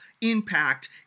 impact